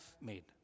made